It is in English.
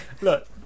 Look